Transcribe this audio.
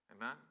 Amen